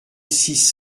six